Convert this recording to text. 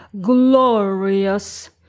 Glorious